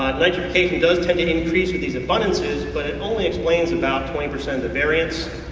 nitrification does take an increase with these abundances, but it only explains about twenty percent of the variance,